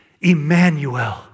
Emmanuel